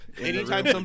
Anytime